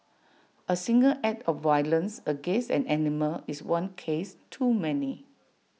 A single act of violence against an animal is one case too many